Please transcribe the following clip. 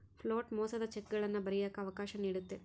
float ಮೋಸದ ಚೆಕ್ಗಳನ್ನ ಬರಿಯಕ್ಕ ಅವಕಾಶ ನೀಡುತ್ತೆ